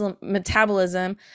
metabolism